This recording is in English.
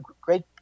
great